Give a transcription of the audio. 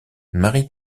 marie